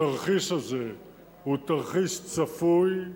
התרחיש הזה הוא תרחיש צפוי,